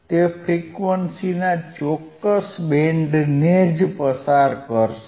તે ફ્રીક્વન્સીના ચોક્કસ બેન્ડને જ પસાર કરશે